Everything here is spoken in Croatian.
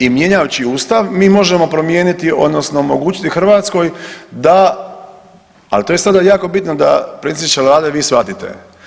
I mijenjajući Ustav mi možemo promijeniti odnosno omogućiti Hrvatskoj da, ali to je sada jako bitno da predsjedniče Vlade vi shvatite.